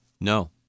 No